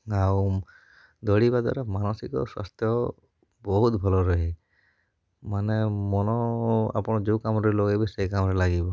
ଆଉ ଦଉଡ଼ିବା ଦ୍ୱାରା ମାନସିକ ସ୍ୱାସ୍ଥ୍ୟ ବହୁତ ଭଲ ରୁହେ ମାନେ ମନ ଆପଣ ଯେଉଁ କାମରେ ଲଗେଇବେ ସେଇ କାମରେ ଲାଗିବ